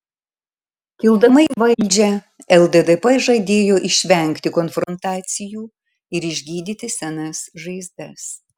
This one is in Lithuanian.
kildama į valdžią lddp žadėjo išvengti konfrontacijų ir išgydyti senas žaizdas